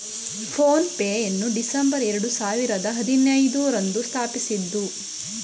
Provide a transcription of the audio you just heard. phone pay ಯನ್ನು December ಎರಡು ಸಾವಿರದ ಹದಿನೈದು ರಂದು ಸ್ಥಾಪಿಸಿದ್ದ್ರು